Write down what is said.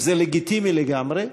וזה לגיטימי לגמרי,